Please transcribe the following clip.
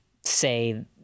say